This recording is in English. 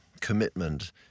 commitment